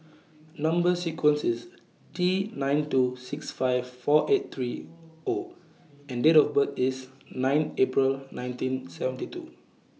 Number sequence IS T nine two six five four eight three O and Date of birth IS nine April nineteen seventy two